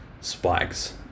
spikes